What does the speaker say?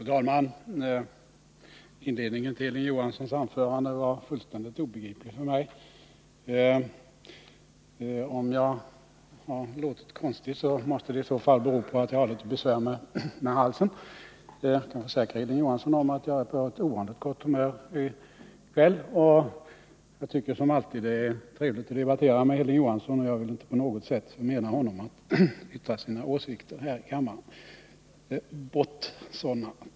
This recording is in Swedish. Fru talman! Inledningen till Hilding Johanssons anförande var fullständigt obegriplig för mig. Om jag låtit konstig måste det bero på att jag har litet besvär med halsen. Annars är jag på ovanligt gott humör i kväll, och jag tycker, som alltid, att det är trevligt att debattera med Hilding Johansson. Jag vill inte på något sätt förmena honom att yttra sina åsikter här i kammaren.